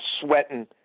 sweating